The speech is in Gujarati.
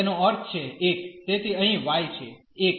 તેથી અહીં y છે 1